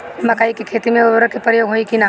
मकई के खेती में उर्वरक के प्रयोग होई की ना?